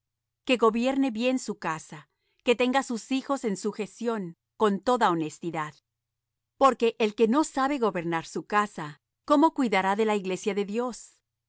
que gobierne bien su casa que tenga sus hijos en sujeción con toda honestidad porque el que no sabe gobernar su casa cómo cuidará de la iglesia de dios